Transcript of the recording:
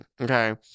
okay